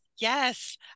Yes